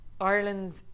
Ireland's